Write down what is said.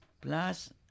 plus